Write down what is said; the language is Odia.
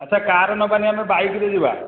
ଆଚ୍ଛା କାର୍ ନେବାନି ଆମେ ବାଇକ୍ରେ ଯିବା